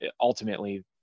ultimately